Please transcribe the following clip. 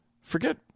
Forget